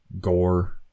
gore